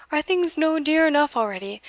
are things no dear eneugh already,